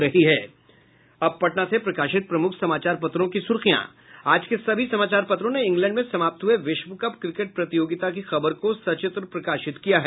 अब पटना से प्रकाशित प्रमुख समाचार पत्रों की सुर्खियां आज के सभी समाचार पत्रों ने इग्लैंड में समाप्त हुये विश्व कप क्रिकेट प्रतियोगिता की खबर को सचित्र प्रकाशित किया है